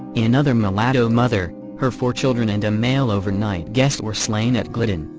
and another mulatto mother, her four children and a male overnight guest were slain at glidden,